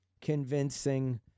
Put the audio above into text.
convincing